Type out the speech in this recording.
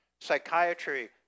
psychiatry